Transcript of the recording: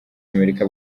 amerika